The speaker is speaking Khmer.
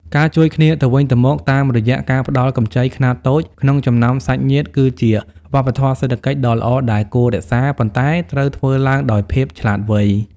ការជួយគ្នាទៅវិញទៅមកតាមរយៈការផ្ដល់កម្ចីខ្នាតតូចក្នុងចំណោមសាច់ញាតិ គឺជា "វប្បធម៌សេដ្ឋកិច្ច" ដ៏ល្អដែលគួររក្សា ប៉ុន្តែត្រូវធ្វើឡើងដោយភាពឆ្លាតវៃ។